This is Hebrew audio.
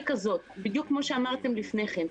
בדיוק כמו שאמרתם לפני כן,